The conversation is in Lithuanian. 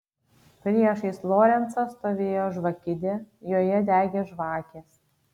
priešais lorencą stovėjo žvakidė joje degė žvakės